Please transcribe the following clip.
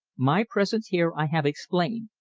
my presence here i have explained.